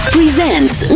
Presents